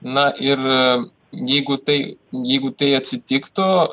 na ir jeigu tai jeigu tai atsitiktų